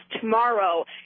tomorrow